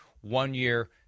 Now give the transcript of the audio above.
one-year